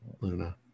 Luna